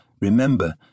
Remember